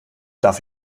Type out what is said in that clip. darf